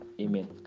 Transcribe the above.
Amen